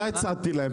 מה הצעתי להם?